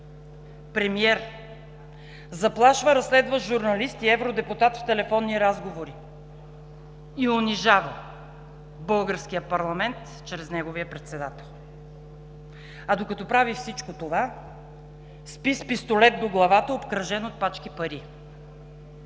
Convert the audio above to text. Премиер заплашва разследващ журналист и евродепутат в телефонни разговори и унижава българския парламент чрез неговия председател, а докато прави всичко това, спи с пистолет до главата, обкръжен от пачки пари.